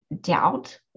doubt